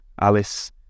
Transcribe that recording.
Alice